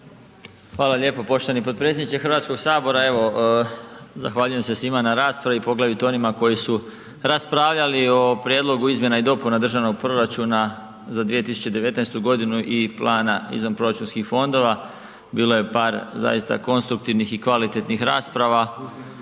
Hvala lijepo poštovani potpredsjedniče HS. Evo, zahvaljujem se svima na raspravi, poglavito onima koji su raspravljali o prijedlogu izmjena i dopuna državnog proračuna za 2019.g. i plana izvanproračunskih fondova, bilo je par zaista konstruktivnih i kvalitetnih rasprava,